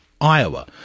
Iowa